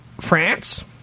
France